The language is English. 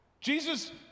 Jesus